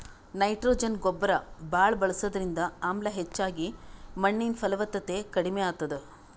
nitrogen ಗೊಬ್ಬರ್ ಭಾಳ್ ಬಳಸದ್ರಿಂದ ಆಮ್ಲ ಹೆಚ್ಚಾಗಿ ಮಣ್ಣಿನ್ ಫಲವತ್ತತೆ ಕಡಿಮ್ ಆತದ್